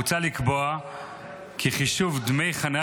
בהצעת החוק מוצע לקבוע כי חישוב דמי חניה